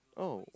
oh